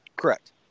Correct